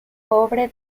pobre